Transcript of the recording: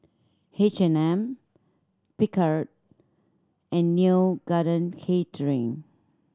H and M Picard and Neo Garden Catering